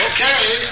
Okay